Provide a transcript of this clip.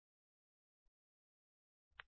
విద్యార్థి నిర్ణయించుకోండి